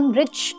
rich